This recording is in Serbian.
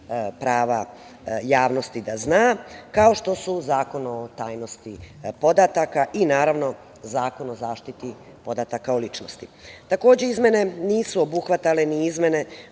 prava javnosti, da zna, kao što je Zakon o tajnosti podataka, i naravno Zakon o zaštiti podataka o ličnosti. Takođe, izmene nisu obuhvatale ni izmene